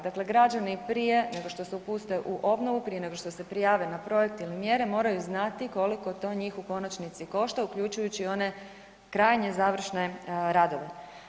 Dakle, građani prije nego što se upuste u obnovu, prije nego što se prijave na projekt ili mjere, moraju znati koliko to njih u konačnici košta, uključujući one krajnje završne radove.